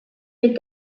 mit